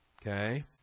okay